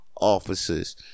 officers